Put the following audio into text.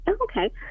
okay